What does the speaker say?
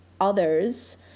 others